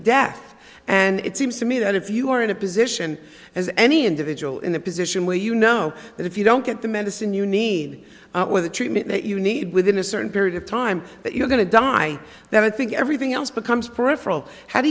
death and it seems to me that if you are in a position as any individual in a position where you know that if you don't get the medicine you need with the treatment that you need within a certain period of time that you're going to die then i think everything else becomes peripheral how do